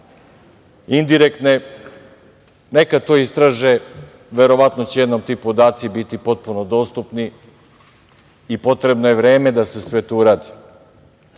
indirektne. Neka to istraže, verovatno će jednom ti podaci biti potpuno dostupni i potrebno je vreme da se sve to